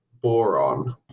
Boron